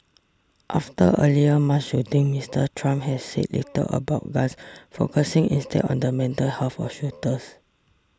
after earlier mass shootings Mister Trump has said little about guns focusing instead on the mental health of shooters